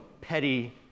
petty